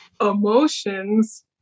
emotions